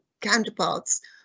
counterparts